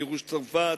גירוש צרפת.